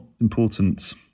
important